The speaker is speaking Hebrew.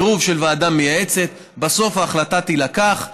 עירוב של ועדה מייעצת, ובסוף ההחלטה תתקבל.